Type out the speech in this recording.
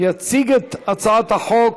יציג את הצעת החוק